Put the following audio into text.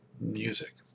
music